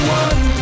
one